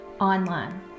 online